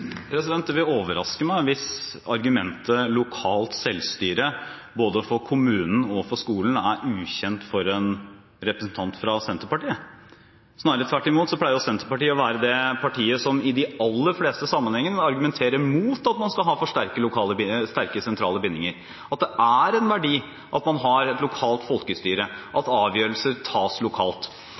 vil overraske meg hvis argumentet om lokalt selvstyre både for kommunen og for skolen er ukjent for en representant fra Senterpartiet. Tvert imot pleier Senterpartiet å være det partiet som i de aller fleste sammenhenger argumenterer mot at man skal ha for sterke sentrale bindinger, at det er en verdi at man har et lokalt folkestyre, at avgjørelser tas lokalt.